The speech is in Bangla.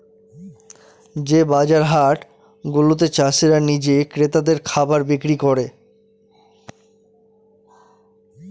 যে বাজার হাট গুলাতে চাষীরা নিজে ক্রেতাদের খাবার বিক্রি করে